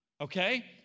okay